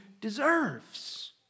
deserves